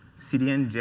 cdn.